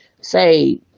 say